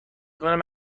کنم